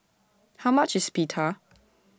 How much IS Pita